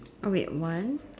oh wait one